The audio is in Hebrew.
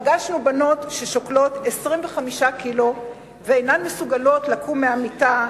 פגשנו בנות ששוקלות 25 ק"ג ואינן מסוגלות לקום מהמיטה,